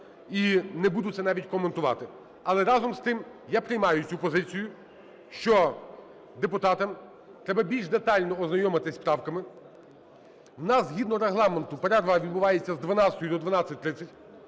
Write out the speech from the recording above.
і не буду це навіть коментувати. Але разом з тим я приймаю цю позицію, що депутатам треба більш детально ознайомитись з правками. У нас згідно Регламенту перерва відбувається з 12 до 12:30.